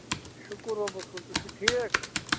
شُکُر رۄبَس کُن تُہۍ چھِو ٹھیٖک